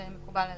זה מקובל עלינו.